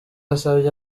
asabye